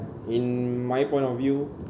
in my point of view